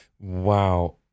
wow